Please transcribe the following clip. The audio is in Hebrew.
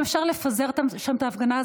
אם אפשר לפזר שם את ההפגנה,